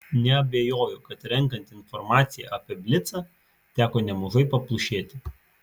neabejoju kad renkant informaciją apie blicą teko nemažai paplušėti